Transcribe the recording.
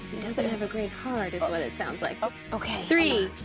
doesn't have a great card, is what it sounds like. oh, okay. three,